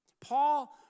Paul